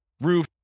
roof